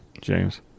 James